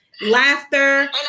laughter